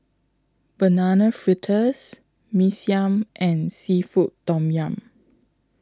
Banana Fritters Mee Siam and Seafood Tom Yum